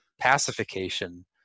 pacification